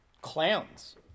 clowns